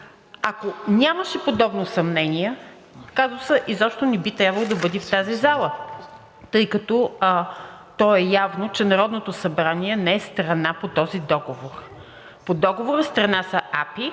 Ако нямаше подобно съмнение, казусът изобщо не би трябвало да бъде в тази зала, тъй като то е явно, че Народното събрание не е страна по този договор. По договора страни са АПИ